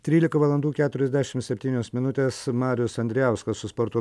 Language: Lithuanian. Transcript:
trylika valandų keturiasdešimt septynios minutės marius andrijauskas su sporto